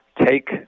take